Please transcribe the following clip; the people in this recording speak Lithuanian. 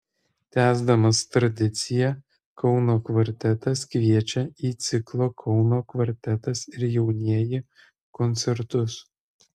tęsdamas tradiciją kauno kvartetas kviečia į ciklo kauno kvartetas ir jaunieji koncertus